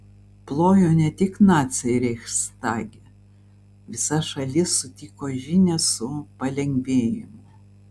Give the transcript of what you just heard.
plojo ne tik naciai reichstage visa šalis sutiko žinią su palengvėjimu